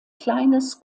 kleines